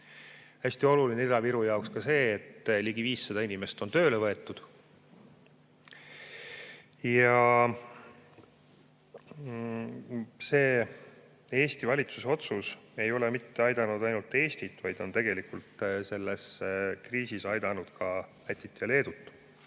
Hästi oluline Ida-Viru jaoks on ka see, et ligi 500 inimest on tööle võetud. Tollane Eesti valitsuse otsus ei ole aidanud mitte ainult Eestit, vaid on tegelikult selles kriisis aidanud ka Lätit ja Leedut.